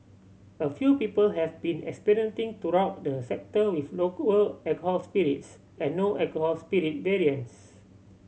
a few people have been experimenting throughout the sector with local alcohol spirits and no alcohol spirit variants